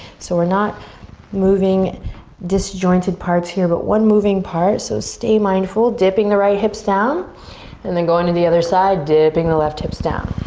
so we're not moving disjointed parts here, but one moving part. so stay mindful, dipping the right hips down and then going to the other side, dipping the left hips down.